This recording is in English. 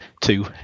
Two